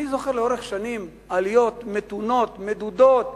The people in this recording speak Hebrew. אני זוכר לאורך שנים עליות מתונות, מדודות,